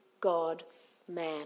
God-man